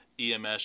EMS